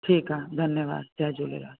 ठीकु आहे धन्यवाद जय झूलेलाल